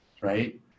right